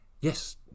Yes